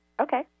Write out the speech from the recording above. Okay